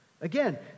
Again